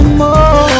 more